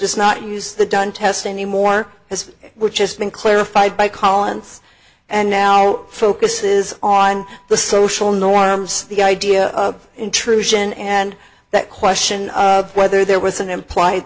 does not use the done test anymore has just been clarified by collins and now focuses on the social norms the idea of intrusion and that question of whether there was an implied